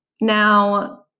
Now